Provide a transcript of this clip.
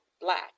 black